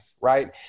right